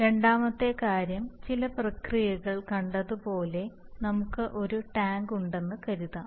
രണ്ടാമത്തെ കാര്യം ചില പ്രക്രിയകൾ കണ്ടതുപോലെ നമുക്ക് ഒരു ടാങ്ക് ഉണ്ടെന്ന് കരുതാം